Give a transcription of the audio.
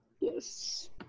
Yes